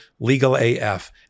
legalaf